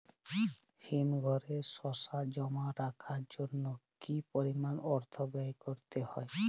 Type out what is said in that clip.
হিমঘরে শসা জমা রাখার জন্য কি পরিমাণ অর্থ ব্যয় করতে হয়?